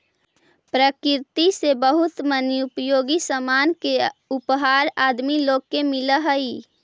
प्रकृति से बहुत मनी उपयोगी सामान के उपहार आदमी लोग के मिलऽ हई